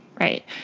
Right